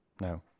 No